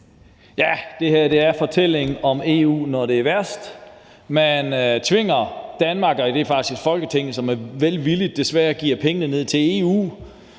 Det her er fortællingen om EU, når det er værst. Man tvinger Danmark, og det er faktisk et Folketing, som velvilligt desværre gør det, til at